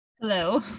Hello